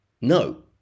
No